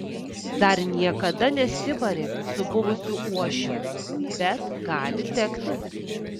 dar niekada nesibarė su buvusiu uošviu bet gali tekti